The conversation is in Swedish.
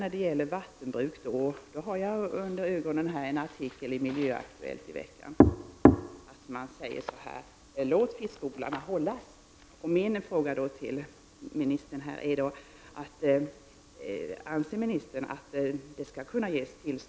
När det gäller vattenbruket har jag framför mig en artikel hämtad ur veckans Miljöaktuellt. Där står det: Låt fiskodlarna hållas!